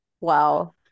Wow